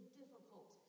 difficult